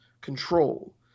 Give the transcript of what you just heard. control